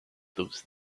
those